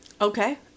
Okay